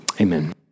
amen